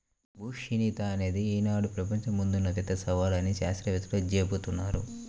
భూమి క్షీణత అనేది ఈనాడు ప్రపంచం ముందున్న పెద్ద సవాలు అని శాత్రవేత్తలు జెబుతున్నారు